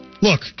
look